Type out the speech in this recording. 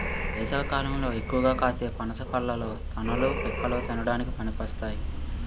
వేసవికాలంలో ఎక్కువగా కాసే పనస పళ్ళలో తొనలు, పిక్కలు తినడానికి పనికొస్తాయి